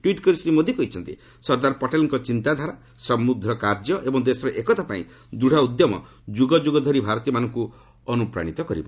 tweet କରି ଶ୍ରୀ ମୋଦି କହିଛନ୍ତି ସର୍ଦ୍ଦାର ପଟେଲଙ୍କ ଚିନ୍ତାଧାରା ସମୂଦ୍ଧ କାର୍ଯ୍ୟ ଏବଂ ଦେଶର ଏକତା ପାଇଁ ଦୃଢ଼ ଉଦ୍ୟମ ଯୁଗ ଯୁଗ ଧରି ଭାରତୀୟମାନଙ୍କୁ ଅନୁପ୍ରାଣିତ କରିବ